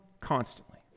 constantly